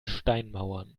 steinmauern